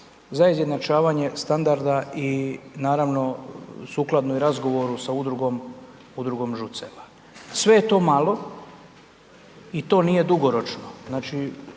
za izjednačavanje standarda i naravno sukladno i razgovoru sa udrugom ŽUC-eva. Sve je to malo i to nije dugoročno.